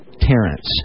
Terrence